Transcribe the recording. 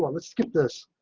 let's get this,